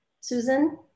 Susan